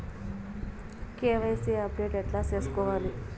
KYC update ఎట్లా సేసుకోవాలి?